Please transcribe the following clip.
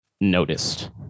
noticed